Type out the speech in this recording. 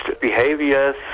behaviors